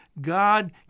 God